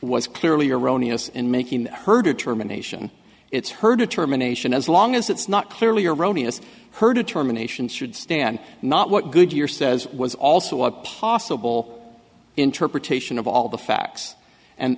was clearly erroneous in making her determination it's her determination as long as that's not clearly erroneous her determination should stand not what good your says was also a possible interpretation of all the facts